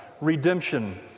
redemption